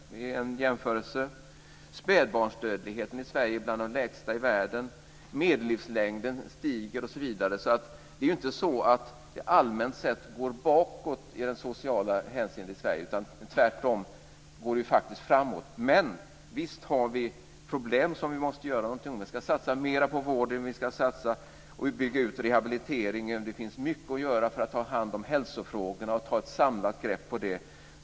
Spädbarnsdödligheten i Sverige är bland de lägsta i världen. Medellivslängden stiger osv. Det är inte så att det allmänt sett går bakåt i sociala hänseenden i Sverige. Tvärtom går det faktiskt framåt. Men visst har vi problem som vi måste göra någonting åt. Vi ska satsa mera på vården. Vi ska bygga ut rehabiliteringen. Det finns mycket att göra när det gäller att ta hand om hälsofrågorna och ta ett samlat grepp.